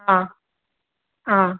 ஆ ஆ